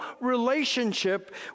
relationship